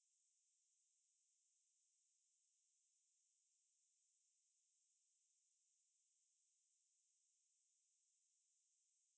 then you won't feel like standing you will just be sitting down for the rest of the day if you even got time if you like your 你做工是 night shift right